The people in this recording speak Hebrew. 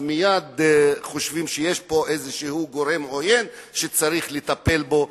חושבים מייד שיש פה איזה גורם עוין שצריך לטפל בו.